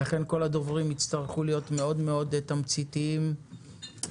ולכן כל הדוברים יצטרכו להיות מאוד מאוד תמציתיים וקצרים.